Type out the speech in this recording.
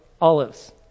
Olives